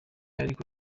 ariko